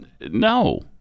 no